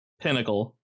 pinnacle